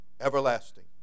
everlasting